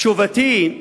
תשובתי,